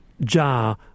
jar